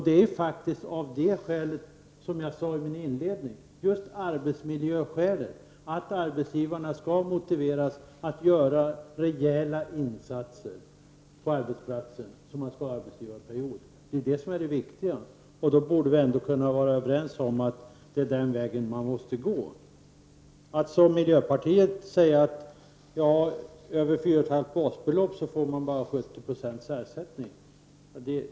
Det är av just arbetsmiljöskäl, som jag sade i min inledning, som arbetsgivarna skall motiveras att göra rejäla insatser på arbetsplatsen och som arbetsgivarperiod skall införas. Det är det som är det viktiga, och då borde vi kunna vara överens om att det är den vägen vi måste gå. Miljöpartiet vill att ersättningen skall vara bara 70 26 för inkomster över 4,5 basbelopp.